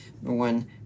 one